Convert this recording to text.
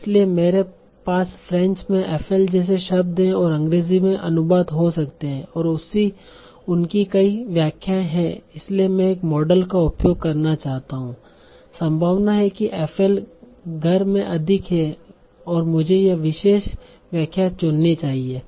इसलिए मेरे पास फ्रेंच में FL जैसे शब्द हैं और अंग्रेजी में अनुवाद हो सकते हैं और उनकी कई व्याख्याएं हैं इसलिए मैं एक मॉडल का उपयोग करना चाहता हूं संभावना है कि FL घर में अधिक है और मुझे यह विशेष व्याख्या चुननी चाहिए